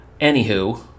Anywho